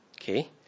Okay